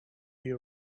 you